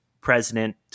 president